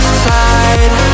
side